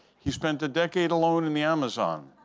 he spent a decade alone in the amazon.